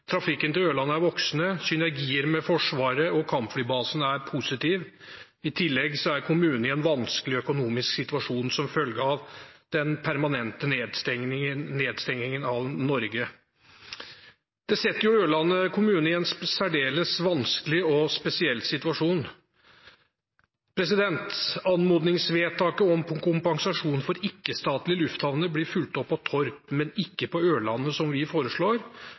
synergier med Forsvaret og kampflybasen er positiv. I tillegg er kommunen i en vanskelig økonomisk situasjon som følge av nedstengingen av Norge. Det setter Ørland kommune i en særdeles vanskelig og spesiell situasjon. Anmodningsvedtaket om kompensasjon for ikke-statlige lufthavner blir fulgt opp på Torp, men ikke på Ørland, som vi foreslår.